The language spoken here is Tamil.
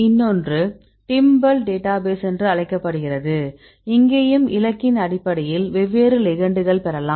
இன்னொன்று timbal டேட்டாபேஸ் என்று அழைக்கப்படுகிறது இங்கேயும் இலக்கின் அடிப்படையில் வெவ்வேறு லிகெண்டுகள் பெறலாம்